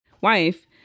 wife